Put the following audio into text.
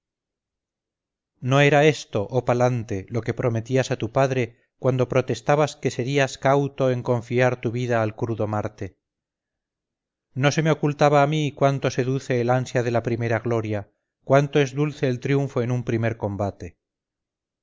no era esto oh palante lo que prometías a tu padre cuando protestabas que serías cauto en confiar tu vida al crudo marte no se me ocultaba a mí cuánto seduce el ansia de la primera gloria cuánto es dulce el triunfo en un primer combate